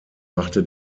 machte